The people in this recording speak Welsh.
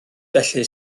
felly